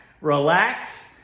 relax